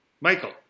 Michael